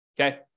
okay